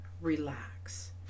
Relax